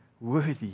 worthy